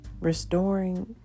restoring